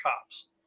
cops